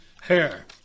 hair